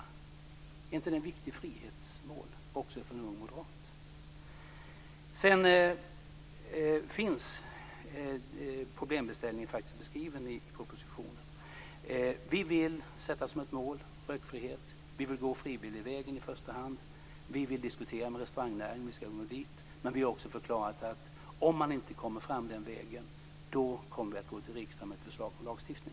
Är inte det ett viktigt frihetsmål också för en ung moderat? Problemställningen finns faktiskt beskriven i propositionen. Vi vill ha rökfrihet som ett mål, och vill i första hand gå frivilligvägen. Vi vill diskutera med restaurangnäringen hur vi ska nå dit. Men vi har också förklarat att vi, om det inte går att komma fram den vägen, kommer att gå till riksdagen med ett förslag om lagstiftning.